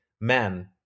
men